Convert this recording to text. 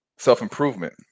self-improvement